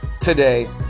Today